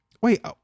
wait